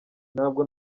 ntabwo